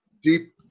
deep